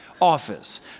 office